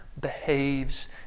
behaves